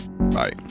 Bye